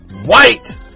white